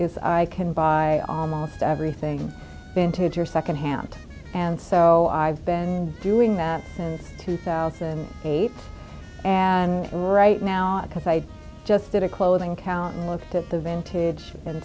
is i can buy almost everything vintage or secondhand and so i've been doing that since two thousand and eight and right now because i just did a clothing account and looked at the vintage